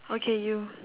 okay you